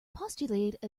postulated